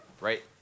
right